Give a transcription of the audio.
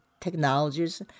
technologies